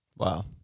Wow